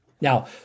Now